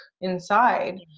inside